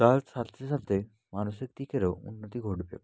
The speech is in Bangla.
তারা সাথে সাথে মানসিক দিকেরও উন্নতি ঘটবে